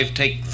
take